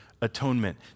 atonement